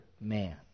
man